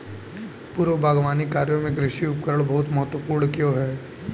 पूर्व बागवानी कार्यों में कृषि उपकरण बहुत महत्वपूर्ण क्यों है?